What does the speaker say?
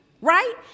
Right